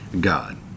God